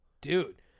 Dude